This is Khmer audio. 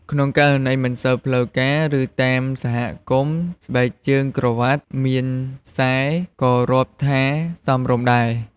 ក្នុងករណីមិនសូវផ្លូវការ ឬ តាមសហគមន៍ ស្បែកជើងក្រវាត់មានខ្សែក៏រាប់ថាសមរម្យដែរ។